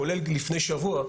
כולל לפני שבוע,